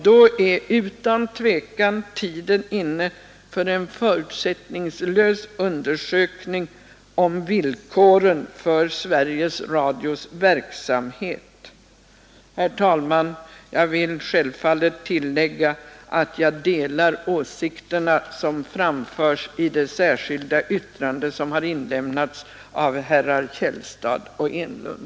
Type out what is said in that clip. Då är utan tvivel tiden inne för en förutsättningslös undersökning om villkoren för Sveriges Radios verksamhet. Herr talman! Jag vill självfallet tillägga att jag delar de åsikter som framförs i det särskilda yttrandet av herrar Källstad och Enlund.